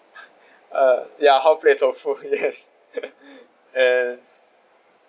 uh ya hot plate tofu yes and